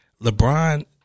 LeBron